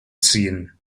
ziehen